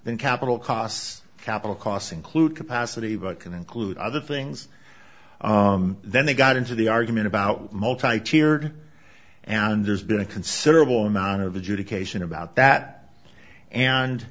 than capital costs capital costs include capacity but can include other things then they got into the argument about multi tiered and there's been a considerable amount of adjudication about that and